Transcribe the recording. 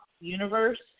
universe